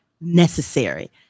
necessary